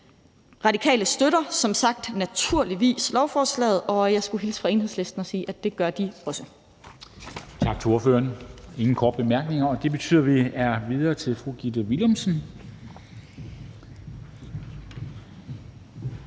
Radikale støtter som sagt naturligvis lovforslaget, og jeg skulle hilse fra Enhedslisten og sige, at det gør de også.